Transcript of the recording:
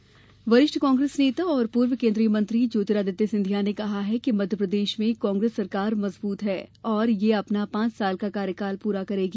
सिंधिया वरिष्ठ कांग्रेस नेता और पूर्व केन्द्रीय मंत्री ज्योतिरादित्य सिंधिया ने कहा है कि मध्यप्रदेश में कांग्रेस सरकार मजबूत है और यह अपना पांच साल का कार्यकाल पूरा करेगी